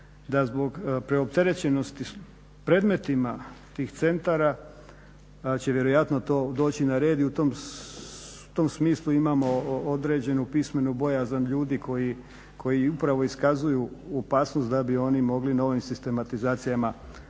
da zbog preopterećenosti s predmetima tih centara da će vjerojatno doći to na red. I u tom smislu imamo određenu pismenu bojazan ljudi koji upravo iskazuju opasnost da bi onim mogli na ovim sistematizacijama